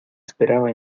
esperaba